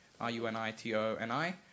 R-U-N-I-T-O-N-I